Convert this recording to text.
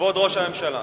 כבוד ראש הממשלה.